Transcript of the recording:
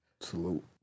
Salute